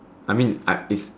I mean I if